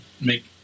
make